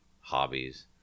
hobbies